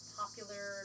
popular